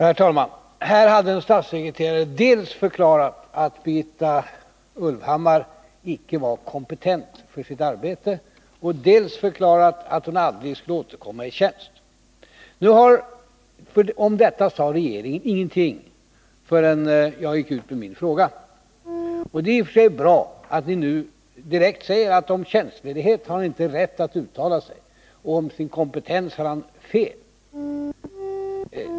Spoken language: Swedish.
Herr talman! Här hade en statssekreterare dels förklarat att Birgitta Ulvhammar icke var kompetent för sitt arbete, dels förklarat att hon aldrig skulle återkomma i tjänst. Om detta sade regeringen ingenting förrän jag gick ut med min fråga. Och det är i och för sig bra att ni nu direkt säger att statssekreteraren inte har rätt att uttala sig om tjänstledighet och att han har fel i fråga om kompetensen.